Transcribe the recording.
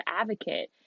advocate